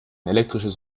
elektrisches